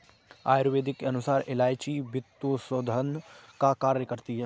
आयुर्वेद के अनुसार इलायची पित्तशोधन का कार्य करती है